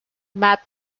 matt